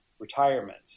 retirement